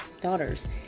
daughters